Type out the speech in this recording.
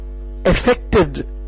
affected